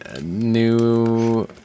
New